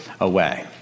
away